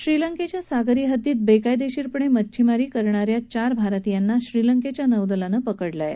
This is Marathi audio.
श्रीलंकेच्या सागरी हद्दीत बेकायदेशीरपणे मच्छमारी करणा या चार भारतीयांना श्रीलंकेच्या नौदलानं अटक केली आहे